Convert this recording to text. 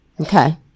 Okay